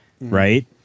right